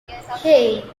hey